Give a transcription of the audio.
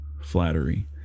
Flattery